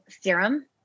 serum